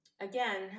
again